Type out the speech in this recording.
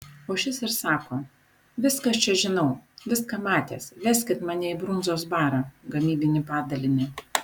o šis ir sako viską aš čia žinau viską matęs veskit mane į brundzos barą gamybinį padalinį